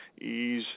ease